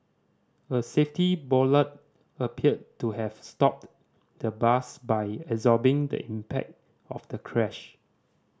a safety bollard appeared to have stopped the bus by absorbing the impact of the crash